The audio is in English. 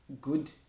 good